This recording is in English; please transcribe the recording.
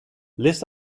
list